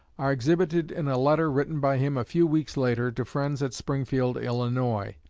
are exhibited in a letter written by him a few weeks later to friends at springfield, illinois,